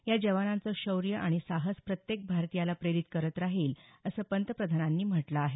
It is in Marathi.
या जवानांचं शौर्य आणि साहस प्रत्येक भारतीयाला प्रेरित करत राहील असं पंतप्रधानांनी म्हटलं आहे